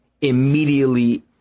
immediately